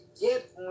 get